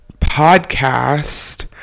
podcast